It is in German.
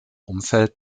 umfeld